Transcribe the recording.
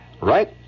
Right